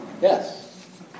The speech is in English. Yes